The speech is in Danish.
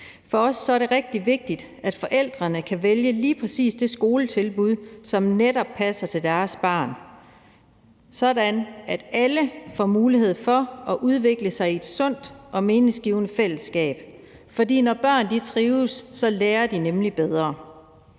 For os er det rigtig vigtigt, at forældrene kan vælge lige præcis det skoletilbud, som passer til netop deres barn, sådan at alle børn får mulighed for at udvikle sig i et sundt og meningsgivende fællesskab. For når børn trives, lærer de nemlig bedre.